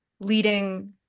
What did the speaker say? leading